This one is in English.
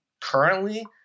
currently